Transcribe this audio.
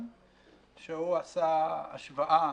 שעשה השוואה